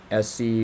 SC